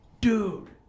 Dude